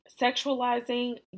sexualizing